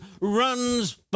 runs